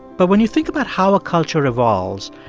but when you think about how a culture evolves,